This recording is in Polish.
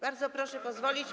Bardzo proszę pozwolić.